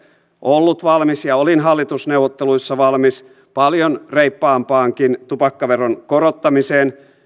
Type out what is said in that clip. ollut valmis ja olin hallitusneuvotteluissa valmis paljon reippaampaankin tupakkaveron korottamiseen